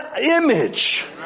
image